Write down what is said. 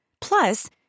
Plus